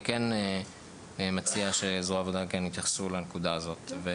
אני מציע שזרוע העבודה יתייחסו לנקודה הזאת.